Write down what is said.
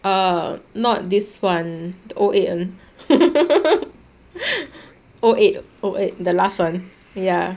err not this [one] the oh eight [one] oh eight oh eight the last [one] ya